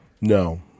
No